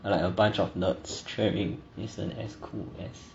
I like a bunch of nerds travelling isn't as cool as